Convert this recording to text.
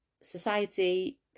society